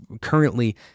currently